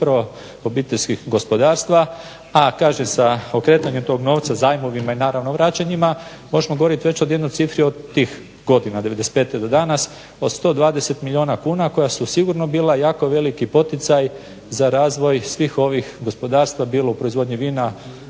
upravo obiteljskih gospodarstava. A kažem sa okretanjem tog novca, zajmovima i naravno vraćanjima možemo govorit već o jednoj cifri od tih godina od 95. do danas, o 120 milijuna kuna koja su sigurno bila jako veliki poticaj za razvoj svih ovih gospodarstva bilo u proizvodnji vina,